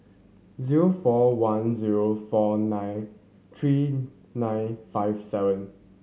zero four one zero four nine three nine five seven